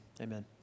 Amen